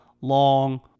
long